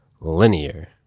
linear